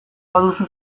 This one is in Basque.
baduzu